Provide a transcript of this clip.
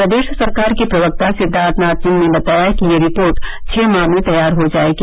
प्रदेश सरकार के प्रवक्ता सिद्वार्थनाथ सिंह ने बताया कि यह रिपोर्ट छह माह में तैयार हो जाएगी